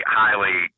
highly